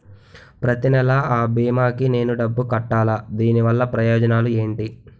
ప్రతినెల అ భీమా కి నేను డబ్బు కట్టాలా? దీనివల్ల ప్రయోజనాలు ఎంటి?